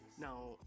now